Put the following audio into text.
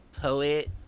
Poet